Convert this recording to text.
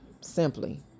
Simply